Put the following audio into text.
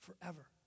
forever